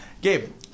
Gabe